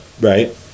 right